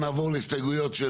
נעבור להסתייגויות של